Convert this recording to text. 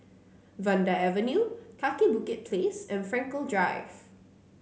Vanda Avenue Kaki Bukit Place and Frankel Drive